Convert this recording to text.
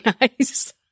nice